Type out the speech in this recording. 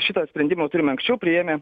šitą sprendimą jau turim anksčiau priėmę